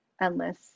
endless